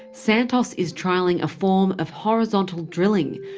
santos is trialling a form of horizontal drilling,